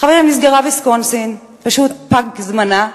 חברים, נסגרה ויסקונסין, פשוט פג זמנה.